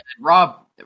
Rob